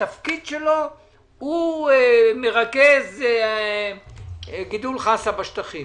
התפקיד שלו הוא מרכז גידול חסה בשטחים